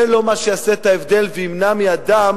זה לא מה שיעשה את ההבדל וימנע מאדם